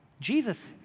Jesus